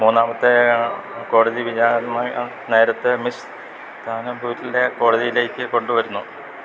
മൂന്നാമത്തെ കോടതി നേരത്ത് മിസ് താനാപ്പൂരിനെ കോടതിയിലേക്ക് കൊണ്ടുവരുന്നു